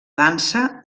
dansa